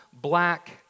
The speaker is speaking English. black